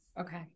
okay